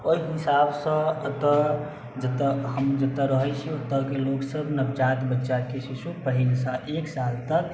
ओहि हिसाबसँ एतऽ जतऽ हम जतऽ रहैत छियै ओतऽके लोकसब नवजात बच्चाके शिशु पहिल एक साल तक